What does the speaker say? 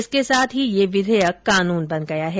इसके साथ ही यह विधेयक कानून बन गया है